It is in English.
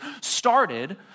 started